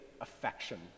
affection